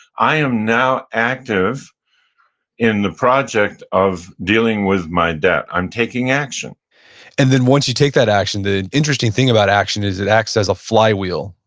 i am now active in the project of dealing with my debt. i'm taking action and then once you take that action, the interesting thing about action is it acts as a flywheel.